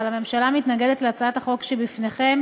אבל הממשלה מתנגדת להצעת החוק שבפניכם